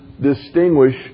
distinguish